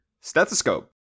stethoscope